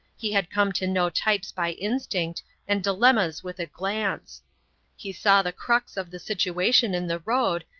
he had come to know types by instinct and dilemmas with a glance he saw the crux of the situation in the road,